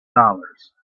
dollars